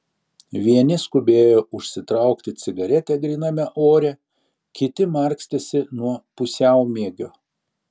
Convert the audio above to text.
vieni skubėjo užsitraukti cigaretę gryname ore kiti markstėsi nuo pusiaumiegio